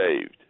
saved